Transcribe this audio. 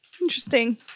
Interesting